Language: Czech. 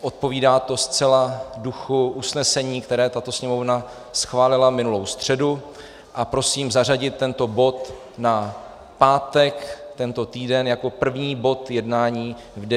Odpovídá to zcela duchu usnesení, které tato Sněmovna schválila minulou středu, a prosím zařadit tento bod na pátek tento týden jako první bod jednání v 9.00.